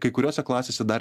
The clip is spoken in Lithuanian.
kai kuriose klasėse dar